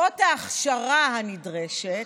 והינה ההכשרה הנדרשת.